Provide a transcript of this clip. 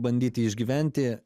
bandyti išgyventi